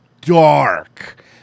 dark